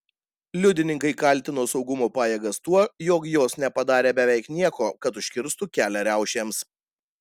liudininkai kaltino saugumo pajėgas tuo jog jos nepadarė beveik nieko kad užkirstų kelią riaušėms